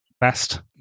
best